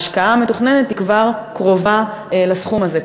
ההשקעה המתוכננת כבר קרובה לסכום הזה.